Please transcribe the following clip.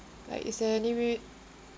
like is there any way